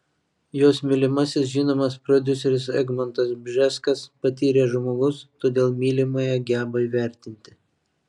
jos mylimasis žinomas prodiuseris egmontas bžeskas patyręs žmogus todėl mylimąją geba įvertinti